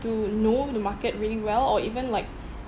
to know the market really well or even like